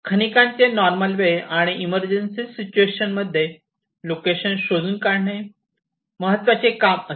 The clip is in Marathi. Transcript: खनिकांचे नॉर्मल वेळेत आणि इमर्जन्सी सिच्युएशन मध्ये लोकेशन शोधून काढणे महत्त्वाचे काम असते